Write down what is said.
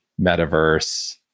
Metaverse